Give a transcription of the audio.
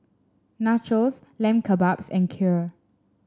Nachos Lamb Kebabs and Kheer